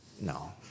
No